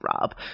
Rob